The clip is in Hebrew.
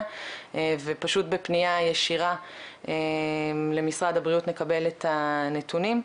ופשוט בפנייה ישירה למשרד הבריאות נקבל את הנתונים.